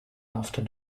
after